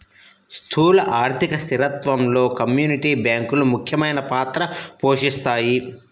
స్థూల ఆర్థిక స్థిరత్వంలో కమ్యూనిటీ బ్యాంకులు ముఖ్యమైన పాత్ర పోషిస్తాయి